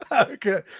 okay